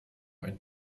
ein